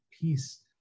peace